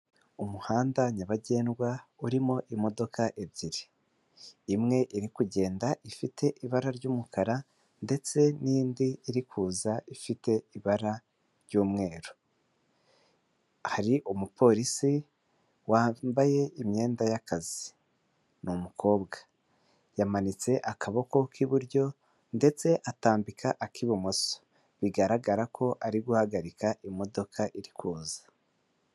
Umuhanda nyabagendwa urimo imodoka ebyiri, imwe iri kugenda ifite ibara ry'umukara ndetse n'indi iri kuza ifite ibara ry'umweru, hari umupolisi wambaye imyenda y'akazi, ni umukobwa, yamanitse akaboko k'iburyo ndetse atambika ak'ibumoso bigaragara ko ari guhagarika imodoka iri kuza.